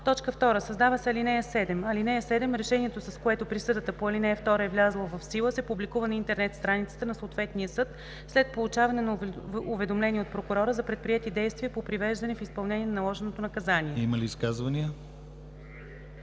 2. Създава се ал. 7: „(7) Решението, с което присъдата по ал. 2 е влязла в сила, се публикува на интернет страницата на съответния съд, след получаване на уведомление от прокурора за предприети действия по привеждане в изпълнение на наложеното наказание.“ ПРЕДСЕДАТЕЛ